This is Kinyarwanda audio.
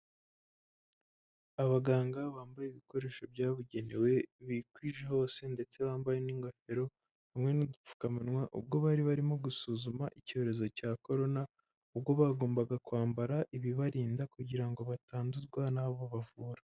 Abaganga bambaye ibikoresho byabugenewe bikwije hose ndetse bambaye n'ingofero hamwe n'udupfukamunwa ubwo bari barimo gusuzuma icyorezo cya korona, ubwo bagombaga kwambara ibibarinda kugira ngo batanduzwa n'abo bavura.